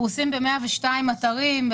אנחנו פרוסים ב-102 אתרים,